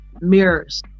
mirrors